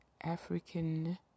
African